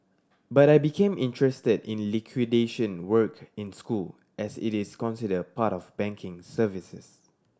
but I became interested in liquidation work in school as it is considered part of banking services